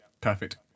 perfect